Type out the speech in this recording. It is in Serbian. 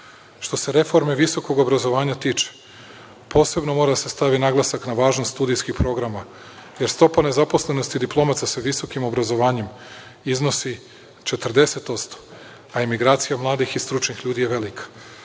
se reforme visokog obrazovanja tiče, posebno mora da se stavi naglasak na važnost studijskih programa, jer stopa nezaposlenosti diplomaca sa visokim obrazovanjem iznosi 40%, a emigracija mladih i stručnih je velika.